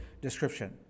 description